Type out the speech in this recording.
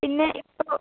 ഇല്ല ഇപ്പോൾ